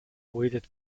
weighted